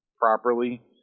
properly